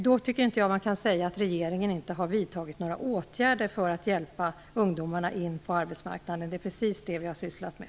Då tycker jag inte att man kan säga att regeringen inte har vidtagit några åtgärder för att hjälpa ungdomarna in på arbetsmarknaden. Det är precis det vi har sysslat med.